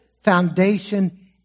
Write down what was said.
foundation